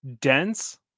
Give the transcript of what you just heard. dense